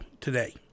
today